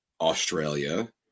Australia